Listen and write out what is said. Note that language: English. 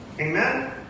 Amen